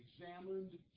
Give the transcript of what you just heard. examined